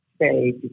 say